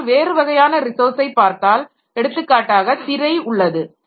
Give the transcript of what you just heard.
ஆனால் வேறு வகையான ரிசோர்ஸை பார்த்தால் எடுத்துக்காட்டாக திரை உள்ளது